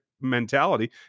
mentality